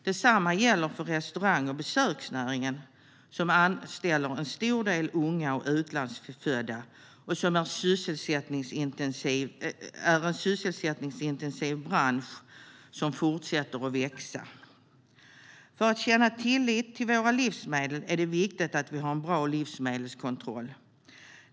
Detsamma gäller för restaurang och besöksnäringen, som anställer en stor del unga och utlandsfödda och som är en sysselsättningsintensiv bransch som fortsätter att växa. För att känna tillit till våra livsmedel är det viktigt att vi har en bra livsmedelskontroll.